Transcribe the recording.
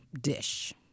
dish